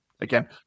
again